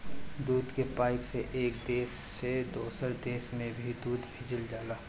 दूध के पाइप से एक देश से दोसर देश में भी दूध भेजल जाला